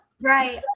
right